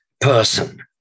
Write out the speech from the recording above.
person